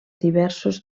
diversos